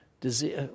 disease